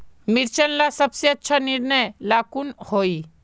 मिर्चन ला सबसे अच्छा निर्णय ला कुन होई?